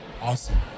Awesome